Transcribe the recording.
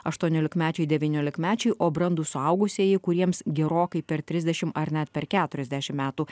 aštuoniolikmečiai devyniolikmečiai o brandūs suaugusieji kuriems gerokai per trisdešim ar net per keturiasdešim metų